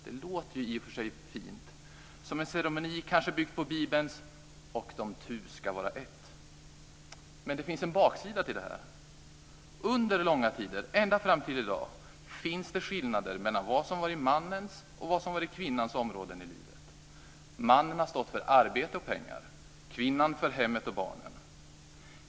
Det låter i och för sig fint, som en ceremoni byggd på Bibelns och de tu ska vara ett. Men det finns en baksida till detta. Under långa tider, ända fram till i dag har det funnits skillnader mellan vad som är mannens och vad som är kvinnans område i livet. Mannen har stått för arbete och pengar, kvinnan för hemmet och barnen.